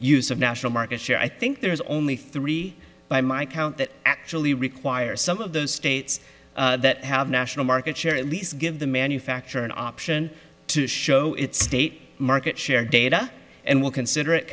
use of national market share i think there's only three by my count that actually require some of those states that have national market share at least give the manufacturer an option to show its state market share data and will consider